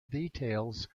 details